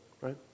right